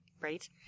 right